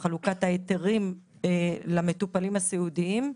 חלוקת ההיתרים למטופלים הסיעודיים.